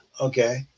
Okay